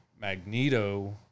Magneto